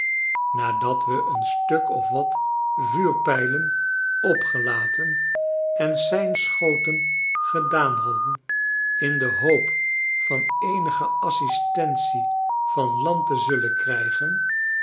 nadat we eenstukof wat vuurpijlen opgelaten en seinschoten gedaan hadden in de hoop van eenige assistentie van landtezullen krijgen